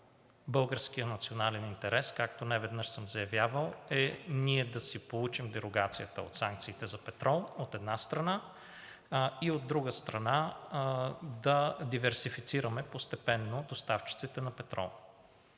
Българският национален интерес, както неведнъж съм заявявал, е ние да си получим дерогацията от санкциите за петрол, от една страна, и от друга страна, да диверсифицираме постепенно доставчиците на петрол.